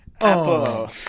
Apple